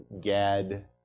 Gad